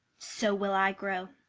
so will i grow,